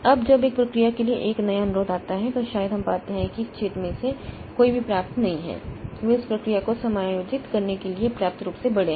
अब जब एक प्रक्रिया के लिए एक नया अनुरोध आता है तो शायद हम पाते हैं कि इस छेद में से कोई भी पर्याप्त नहीं है वे उस प्रक्रिया को समायोजित करने के लिए पर्याप्त रूप से बड़े हैं